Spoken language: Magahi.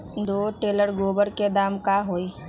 दो टेलर गोबर के दाम का होई?